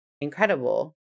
incredible